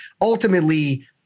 ultimately